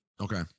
Okay